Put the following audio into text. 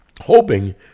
hoping